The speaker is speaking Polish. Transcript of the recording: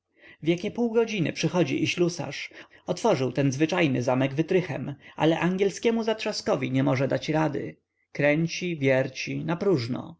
w jakie pół godziny przychodzi i ślusarz otworzył ten zwyczajny zamek wytrychem ale angielskiemu zatrzaskowi nie może dać rady kręci wierci napróżno